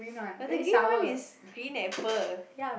but the green one is green apple